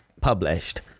Published